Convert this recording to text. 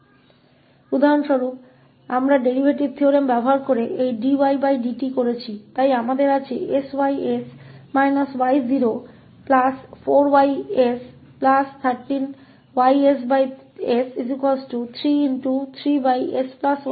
इसलिए उदाहरण के लिए हमारे पास डेरीवेटिव थ्योरम का उपयोग करते हुए यह dydt है इसलिए हमारे पास sY y4Y13Ys33s229 है और यहां यह एक है अभिन्न